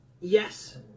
yes